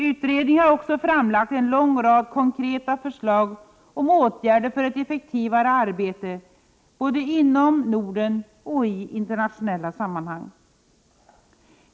Utredningen har också framlagt en lång rad konkreta förslag om åtgärder för ett effektivare arbete såväl inom Norden som i internationella sammanhang.